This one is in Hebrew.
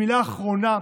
מילה אחרונה,